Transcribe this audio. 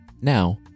Now